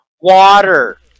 water